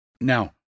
Now